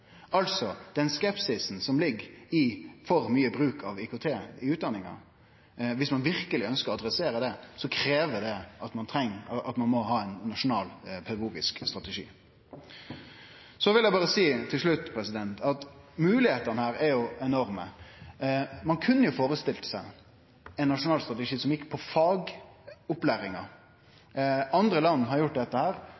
Altså: Når det gjeld den skepsisen som ligg i for mykje bruk av IKT i utdanninga, dersom ein verkeleg ønskjer å adressere det, trengst det ein nasjonal pedagogisk strategi. Så vil eg berre seie til slutt at moglegheitene her er jo enorme. Ein kunne jo førestilt seg ein nasjonal strategi som gjekk på fagopplæringa.